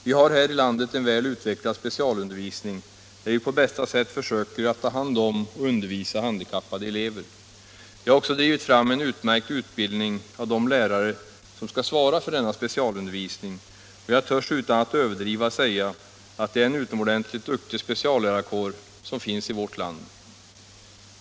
Vi har här i landet en väl utvecklad specialundervisning, där vi på bästa sätt försöker att ta hand om och undervisa handikappade elever. Vi har också drivit fram en utmärkt utbildning av de lärare som skall svara för denna specialundervisning, och jag törs utan att överdriva säga att det är en utomordentligt duktig speciallärarkår som finns i vårt land.